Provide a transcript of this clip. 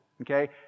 Okay